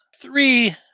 three